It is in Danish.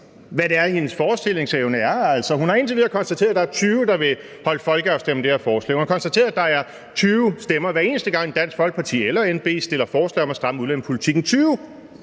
hvad hendes forestillingsevne er. Hun har indtil videre konstateret, at der er 20, der vil holde folkeafstemning om det her forslag. Hun har konstateret, at der er 20 stemmer, hver eneste gang Dansk Folkeparti eller NB stiller forslag om at stramme udlændingepolitikken.